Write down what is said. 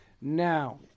Now